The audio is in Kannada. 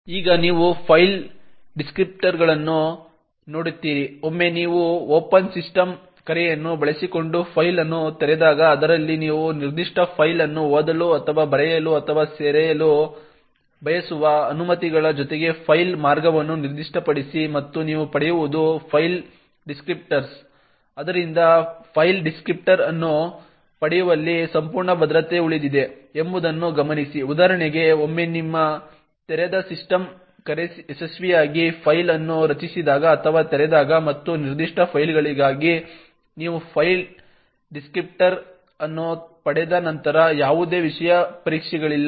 ಈಗ ನೀವು ಫೈಲ್ ಡಿಸ್ಕ್ರಿಪ್ಟರ್ಗಳನ್ನು ನೋಡುತ್ತೀರಿ ಒಮ್ಮೆ ನೀವು ಓಪನ್ ಸಿಸ್ಟಮ್ ಕರೆಯನ್ನು ಬಳಸಿಕೊಂಡು ಫೈಲ್ ಅನ್ನು ತೆರೆದಾಗ ಅದರಲ್ಲಿ ನೀವು ನಿರ್ದಿಷ್ಟ ಫೈಲ್ ಅನ್ನು ಓದಲು ಅಥವಾ ಬರೆಯಲು ಅಥವಾ ಸೇರಿಸಲು ಬಯಸುವ ಅನುಮತಿಗಳ ಜೊತೆಗೆ ಫೈಲ್ ಮಾರ್ಗವನ್ನು ನಿರ್ದಿಷ್ಟಪಡಿಸಿ ಮತ್ತು ನೀವು ಪಡೆಯುವುದು ಫೈಲ್ ಡಿಸ್ಕ್ರಿಪ್ಟರ್ ಆದ್ದರಿಂದ ಫೈಲ್ ಡಿಸ್ಕ್ರಿಪ್ಟರ್ ಅನ್ನು ಪಡೆಯುವಲ್ಲಿ ಸಂಪೂರ್ಣ ಭದ್ರತೆ ಉಳಿದಿದೆ ಎಂಬುದನ್ನು ಗಮನಿಸಿ ಉದಾಹರಣೆಗೆ ಒಮ್ಮೆ ನಿಮ್ಮ ತೆರೆದ ಸಿಸ್ಟಮ್ ಕರೆ ಯಶಸ್ವಿಯಾಗಿ ಫೈಲ್ ಅನ್ನು ರಚಿಸಿದಾಗ ಅಥವಾ ತೆರೆದಾಗ ಮತ್ತು ನಿರ್ದಿಷ್ಟ ಫೈಲ್ಗಾಗಿ ನೀವು ಫೈಲ್ ಡಿಸ್ಕ್ರಿಪ್ಟರ್ ಅನ್ನು ಪಡೆದ ನಂತರ ಯಾವುದೇ ವಿಶೇಷ ಪರೀಕ್ಷೆಗಳಿಲ್ಲ